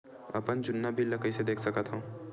अपन जुन्ना बिल ला कइसे देख सकत हाव?